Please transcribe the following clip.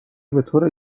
بطور